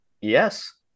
Yes